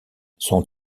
son